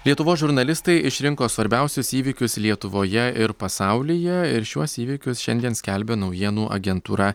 lietuvos žurnalistai išrinko svarbiausius įvykius lietuvoje ir pasaulyje ir šiuos įvykius šiandien skelbia naujienų agentūra